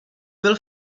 byl